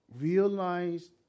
realized